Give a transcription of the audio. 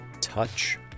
touch